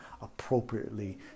appropriately